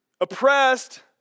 oppressed